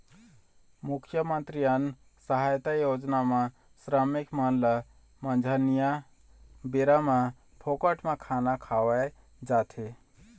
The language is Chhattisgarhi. मुख्यमंतरी अन्न सहायता योजना म श्रमिक मन ल मंझनिया बेरा म फोकट म खाना खवाए जाथे